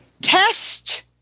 Test